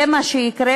זה מה שיקרה,